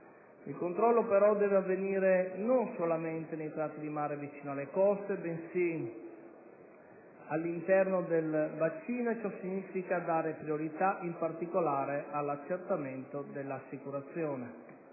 Il controllo, però, deve avvenire non solamente nei tratti di mare vicino alle coste, bensì all'interno del bacino e ciò significa dare priorità in particolare all'accertamento dell'assicurazione.